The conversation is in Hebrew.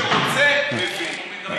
מי שרוצה, מבין.